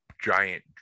giant